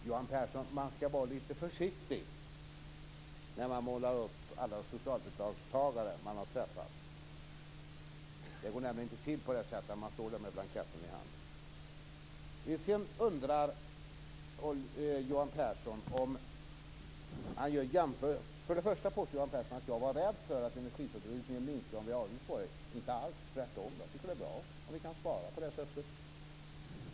Fru talman! Man skall vara lite försiktig, Johan Pehrson, när man målar upp alla socialbidragstagare man har träffat. Det går nämligen inte till på det sättet att man står där med blanketten i hand. Johan Pehrson påstår att jag är rädd för att energiförbrukningen minskar om avgiften höjs. Det är jag inte alls. Tvärtom - jag tycker att det är bra om vi kan spara på det sättet.